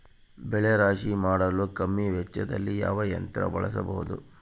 ಬೆಳೆ ರಾಶಿ ಮಾಡಲು ಕಮ್ಮಿ ವೆಚ್ಚದಲ್ಲಿ ಯಾವ ಯಂತ್ರ ಬಳಸಬಹುದು?